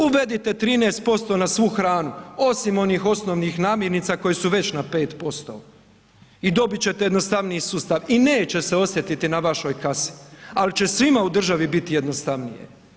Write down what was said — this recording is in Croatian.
Uvedite 13% na svu hranu osim onih osnovnih namirnica koje su već na 5% i dobit ćete jednostavniji sustav i neće se osjetiti na vašoj kasi ali će svima u državi biti jednostavnije.